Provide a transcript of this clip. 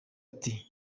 ati